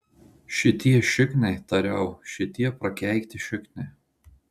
šitie šikniai tariau šitie prakeikti šikniai